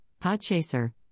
Podchaser